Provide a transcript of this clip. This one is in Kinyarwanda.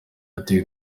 yateye